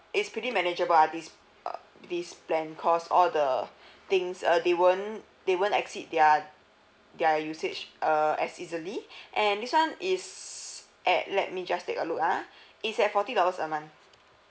it's pretty manageable ah this uh this plan cause all the things uh they won't they won't exceed their their usage uh as easily and this one is at let me just take a look ah it's a forty dollars a month